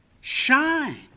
shine